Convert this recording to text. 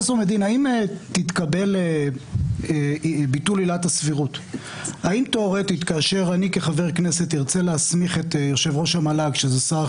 ואמרת שביטול עילת הסבירות לא תשפיע על היכולת של --- שם כי